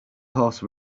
horse